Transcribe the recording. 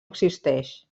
existeix